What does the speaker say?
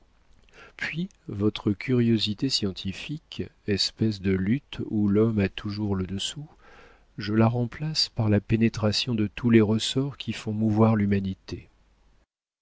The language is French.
puis votre curiosité scientifique espèce de lutte où l'homme a toujours le dessous je la remplace par la pénétration de tous les ressorts qui font mouvoir l'humanité